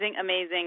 amazing